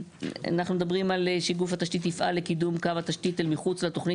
אנחנו מדברים על זה שגוף התשתית יפעל לקידום קו התשתית אל מחוץ לתוכנית